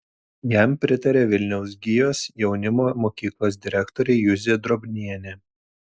jam pritaria vilniaus gijos jaunimo mokyklos direktorė juzė drobnienė